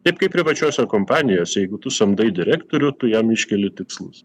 taip kaip privačiose kompanijose jeigu tu samdai direktorių tu jam iškeli tikslus